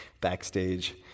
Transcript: backstage